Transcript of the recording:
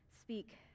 Speak